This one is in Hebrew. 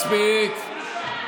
מספיק.